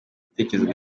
bitekerezo